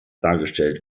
dargestellt